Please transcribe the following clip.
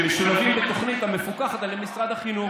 שמשולבים בתוכנית המפוקחת על ידי משרד החינוך.